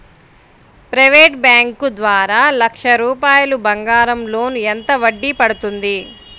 Private bank ద్వారా లక్ష రూపాయలు బంగారం లోన్ ఎంత వడ్డీ పడుతుంది?